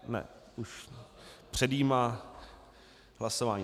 Ne, už předjímá hlasování.